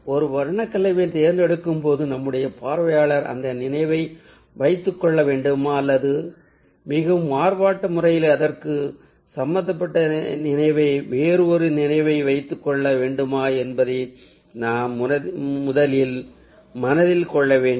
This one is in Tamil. ஒரு வண்ண கலவையைத் தேர்ந்தெடுக்கும்போது நம்முடைய பார்வையாளர் அந்த நினைவை வைத்துக்கொள்ள வேண்டுமா அல்லது மிகவும் மாறுபட்ட முறையில் அதற்கு சம்பந்தப்பட்ட நினைவை வேறு ஒரு நினைவை வைத்துக்கொள்ள வேண்டுமா என்பதை நாம் முதலில் மனதில் கொள்ளவேண்டும்